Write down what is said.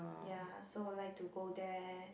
ya so would like to go there